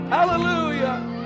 Hallelujah